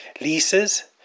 leases